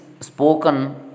spoken